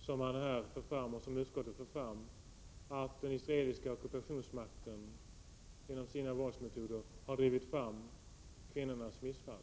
som han och utskottet för fram, nämligen att den israeliska ockupationsmakten genom sina våldsmetoder har drivit fram missfall hos kvinnor.